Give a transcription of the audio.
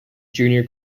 junior